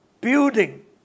building